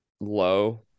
low